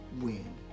win